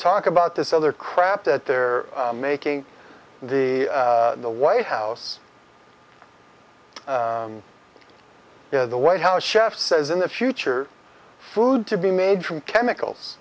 talk about this other crap that they're making the the white house you know the white house chef says in the future food to be made from chemicals